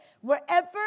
wherever